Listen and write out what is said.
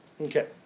Okay